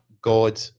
God